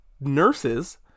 nurses